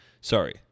sorry